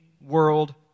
world